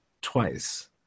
twice